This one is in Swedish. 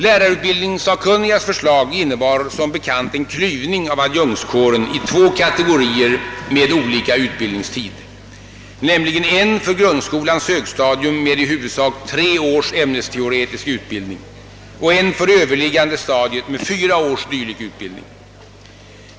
LUS” förslag innebar som bekant en klyvning av adjunktskåren i två kategorier med olika utbildningstider, nämligen en för grundskolans högstadium med i huvudsak tre års ämnesteoretisk utbildning och en för det överliggande stadiet med fyra års dylik utbildning.